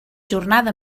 jornada